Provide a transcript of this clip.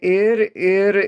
ir ir